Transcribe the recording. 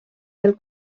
del